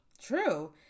True